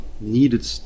needed